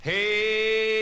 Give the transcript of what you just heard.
Hey